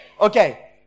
Okay